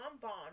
bond